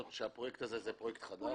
אבל מה לעשות שהפרויקט הזה הוא פרויקט חדש.